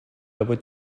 would